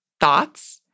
thoughts